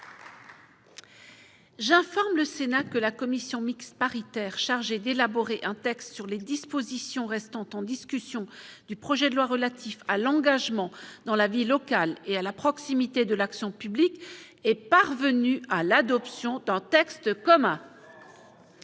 J'informe le Sénat que la commission mixte paritaire chargée d'élaborer un texte sur les dispositions restant en discussion du projet de loi relatif à l'engagement dans la vie locale et à la proximité de l'action publique est parvenue à l'adoption d'un texte commun.